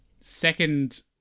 second